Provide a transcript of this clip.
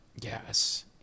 Yes